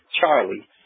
Charlie